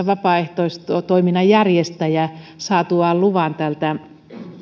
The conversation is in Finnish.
vapaaehtoistoiminnan järjestäjä saatuaan luvan tältä